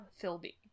Philby